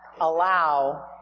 allow